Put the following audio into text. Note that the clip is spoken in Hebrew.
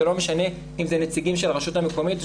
לא משנה אם זה נציגים של הרשות המקומית.